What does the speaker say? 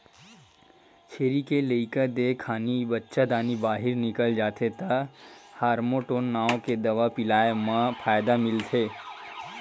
छेरी के लइका देय खानी बच्चादानी बाहिर निकल जाथे त हारमोटोन नांव के दवा पिलाए म फायदा मिलथे